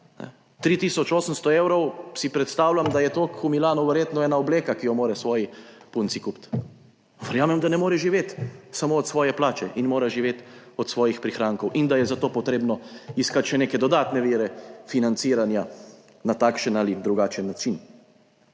800 evrov, si predstavljam, da je to v Milanu verjetno ena obleka, ki jo mora svoji punci kupiti. Verjamem, da ne more živeti samo od svoje plače in mora živeti od svojih prihrankov in je zato treba iskati še neke dodatne vire financiranja, na takšen ali drugačen način.